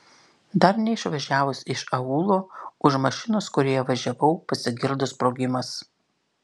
dar neišvažiavus iš aūlo už mašinos kurioje važiavau pasigirdo sprogimas